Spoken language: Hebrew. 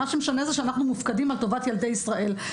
מה שמשנה זה שאנחנו מופקדים על טובת ילדי ישראל.